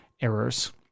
errors